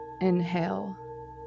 inhale